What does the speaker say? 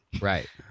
Right